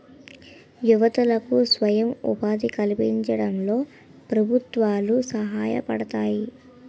యువతకు స్వయం ఉపాధి కల్పించడంలో ప్రభుత్వాలు సహాయపడతాయి